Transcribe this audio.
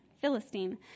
Philistine